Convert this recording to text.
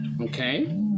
Okay